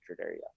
area